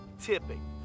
tipping